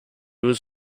was